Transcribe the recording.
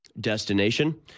destination